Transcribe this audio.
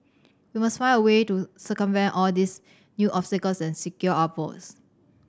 we must find a way to circumvent all these new obstacles secure votes